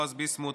בועז ביסמוט,